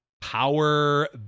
power